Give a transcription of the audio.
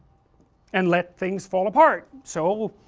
and let things fall apart, so,